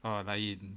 ah lain